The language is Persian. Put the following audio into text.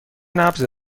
نبض